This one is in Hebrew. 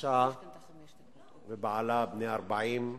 אשה ובעלה, בני 40,